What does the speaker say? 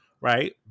right